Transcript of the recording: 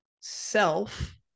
self